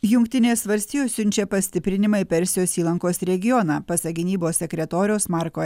jungtinės valstijos siunčia pastiprinimą į persijos įlankos regioną pasak gynybos sekretoriaus marko